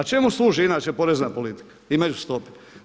A čemu služi inače porezna politika i međustope?